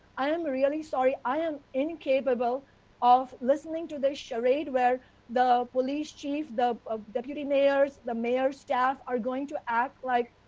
i'm really sorry, i am incapable of listening to the charade, where the police chief, the deputy mayors, the mayor's staff are going to act like,